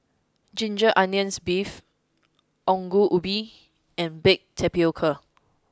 ginger onions beef ongol ubi and baked tapioca